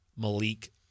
Malik